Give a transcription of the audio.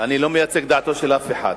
אני לא מייצג את דעתו של אף אחד.